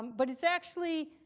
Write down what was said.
but it's actually,